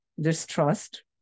distrust